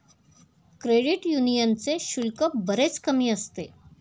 credit यूनियनचे शुल्क बरेच कमी असते